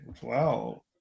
Wow